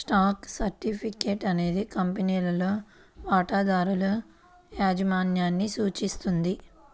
stock certificate అనేది కంపెనీలో వాటాదారుల యాజమాన్యాన్ని సూచిస్తుంది